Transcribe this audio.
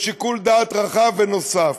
לשיקול דעת רחב ונוסף.